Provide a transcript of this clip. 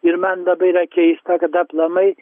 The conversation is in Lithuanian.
ir man labai yra keista kada aplamai